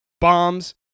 bombs